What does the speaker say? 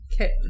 Okay